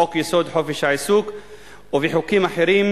בחוק-יסוד: חופש העיסוק ובחוקים אחרים,